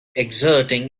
exerting